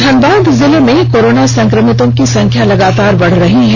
धनबाद जिले में कोरोना संक्रमितों की संख्या लगातार बढ़ रही है